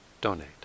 donate